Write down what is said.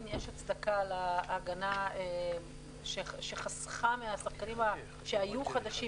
יש הצדקה להגנה שחסכה מהשחקנים שהיו חדשים,